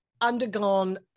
undergone